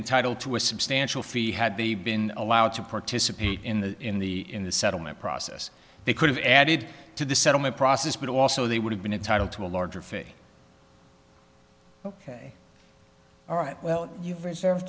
entitled to a substantial fee had they been allowed to participate in the in the in the settlement process they could have added to the settlement process but also they would have been entitled to a larger fee ok all right well you